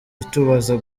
itubuza